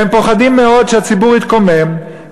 הם פוחדים מאוד שהציבור יתקומם,